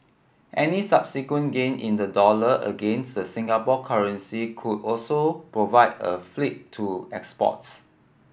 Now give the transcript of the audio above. any subsequent gain in the dollar against the Singapore currency could also provide a fillip to exports